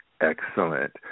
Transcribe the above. Excellent